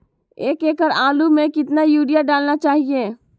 एक एकड़ आलु में कितना युरिया डालना चाहिए?